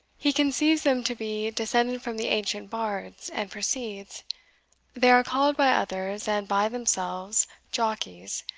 he conceives them to be descended from the ancient bards, and proceeds they are called by others, and by themselves, jockies,